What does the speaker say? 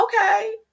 okay